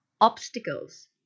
Obstacles